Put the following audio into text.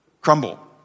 crumble